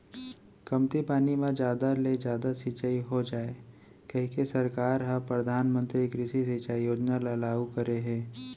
कमती पानी म जादा ले जादा सिंचई हो जाए कहिके सरकार ह परधानमंतरी कृषि सिंचई योजना ल लागू करे हे